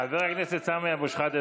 חבר הכנסת סמי אבו שחאדה,